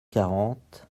quarante